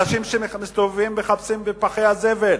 אנשים שמסתובבים, מחפשים בפחי הזבל.